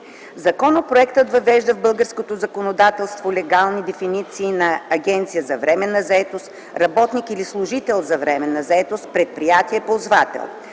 Законопроектът въвежда в българското законодателство легални дефиниции на „Агенция за временна заетост”, „работник или служител за временна заетост”, „предприятие ползвател”.